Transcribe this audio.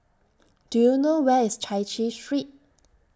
Do YOU know Where IS Chai Chee Street